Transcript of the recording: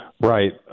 Right